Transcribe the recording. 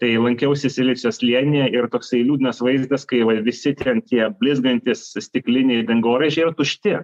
tai lankiausi silicio slėnyje ir toksai liūdnas vaizdas kai va visi ten tie blizgantys stikliniai dangoraižiai yra tušti